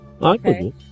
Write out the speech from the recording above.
Okay